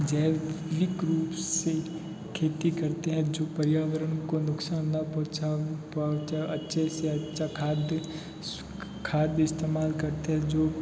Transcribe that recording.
जैविक रूप से खेती करते हैं जो पर्यावरण को नुकसान ना पहुँचा अच्छे से अच्छा खाद खाद्य इस्तेमाल करते हैं जो